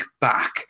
back